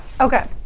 okay